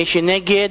מי שנגד,